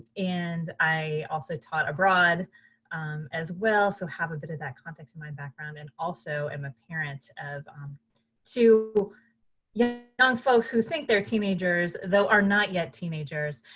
and i also taught abroad as well. so have a bit of that context in my background. and then also i'm a parent of two yeah young folks who think they're teenagers though are not yet teenagers.